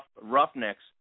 Roughnecks